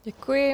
Děkuji.